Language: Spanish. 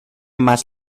más